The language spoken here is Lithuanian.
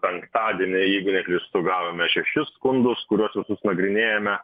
penktadienį jeigu neklystu gavome šešis skundus kuriuos visus nagrinėjame